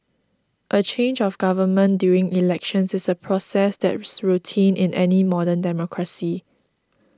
a change of government during elections is a process that's routine in any modern democracy